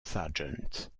sargent